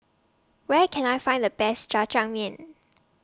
Where Can I Find The Best Jajangmyeon